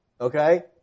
okay